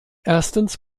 erstens